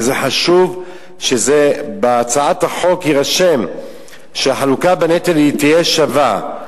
וזה חשוב שבהצעת החוק זה יירשם שהחלוקה בנטל תהיה שווה.